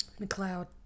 McLeod